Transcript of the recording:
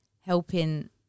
helping